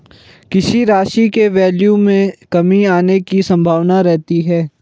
किसी राशि के वैल्यू में कमी आने की संभावना रहती है